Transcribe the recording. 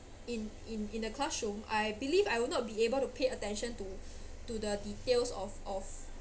in in in the classroom I believe I would not be able to pay attention to to the details of of